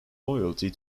loyalty